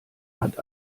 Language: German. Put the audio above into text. hat